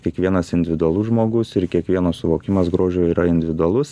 kiekvienas individualus žmogus ir kiekvieno suvokimas grožio yra individualus